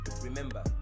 remember